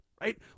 right